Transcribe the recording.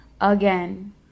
again